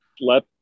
let